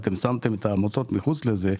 אתם שמתם את העמותות מחוץ לזה,